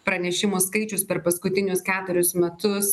pranešimų skaičius per paskutinius keturius metus